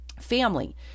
Family